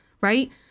right